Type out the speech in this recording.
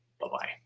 Bye-bye